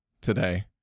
today